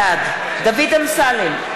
בעד דוד אמסלם,